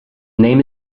name